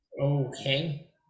Okay